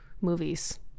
movies